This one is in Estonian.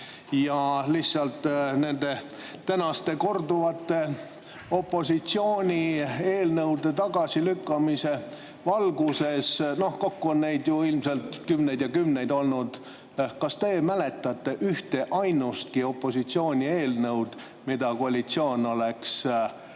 Lihtsalt tänaste korduvate opositsiooni eelnõu tagasilükkamiste valguses [küsin] – kokku on neid ju ilmselt kümneid ja kümneid olnud –, kas te mäletate ühtainustki opositsiooni eelnõu, mille koalitsioon oleks